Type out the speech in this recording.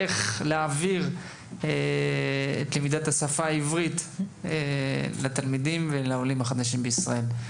איך להעביר לימוד השפה העברית לתלמידים ולעולים החדשים בישראל.